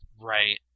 Right